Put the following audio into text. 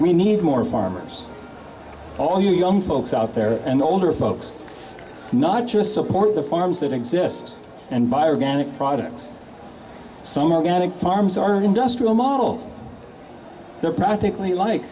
we need more farmers all you young folks out there and older folks not just support the farms that exist and buyer gannett products some organic farms are industrial model they're practically like